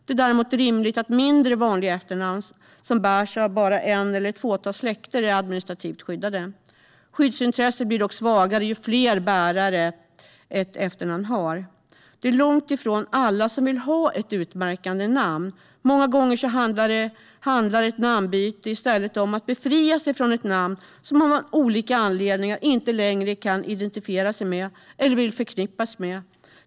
Det är däremot rimligt att mindre vanliga efternamn, som bärs av bara en eller ett fåtal släkter, är administrativt skyddade. Skyddsintresset blir dock svagare ju fler bärare ett efternamn har. Långt ifrån alla vill ha ett utmärkande namn. Många gånger handlar ett namnbyte i stället om att befria sig från ett namn som man av olika anledningar inte längre kan identifiera sig med eller vill förknippas med.